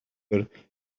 neithiwr